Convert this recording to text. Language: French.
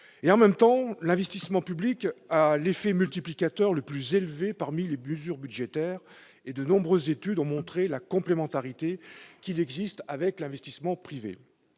nous le savons, l'investissement public a l'effet multiplicateur le plus élevé parmi les mesures budgétaires, et de nombreuses études ont montré la complémentarité qui existe avec l'investissement privé.